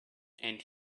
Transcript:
and